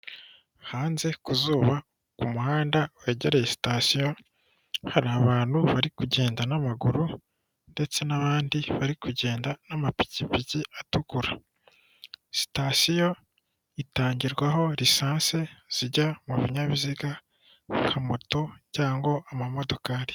Hanze ku zuba ku muhanda wegereye sitasiyo, hari abantu bari kugenda n'amaguru ndetse n'abandi bari kugenda n'amapikipiki atukura. Sitasiyo itangirwaho risansi zijya mu binyabiziga nka moto cyangwa amamodokari.